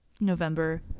November